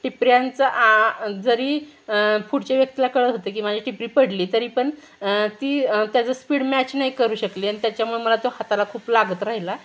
टिपऱ्यांचं जरी पुढच्या व्यक्तीला कळत होतं की माझी टिपरी पडली तरी पण ती त्याचं स्पीड मॅच नाही करू शकली आणि त्याच्यामुळे मला तो हाताला खूप लागत राहिला